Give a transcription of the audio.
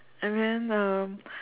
and then um